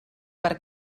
per